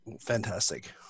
fantastic